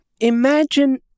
Imagine